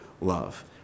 love